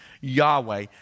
Yahweh